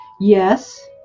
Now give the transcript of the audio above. Yes